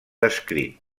escrit